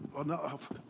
enough